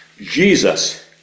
Jesus